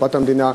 לקופת המדינה.